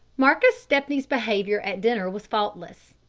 marcus stepney's behaviour at dinner was faultless.